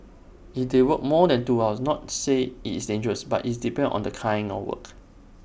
if they work more than two hours not say it's dangerous but is depends on the kind of work